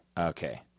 Okay